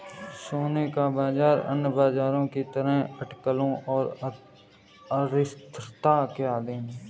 सोने का बाजार अन्य बाजारों की तरह अटकलों और अस्थिरता के अधीन है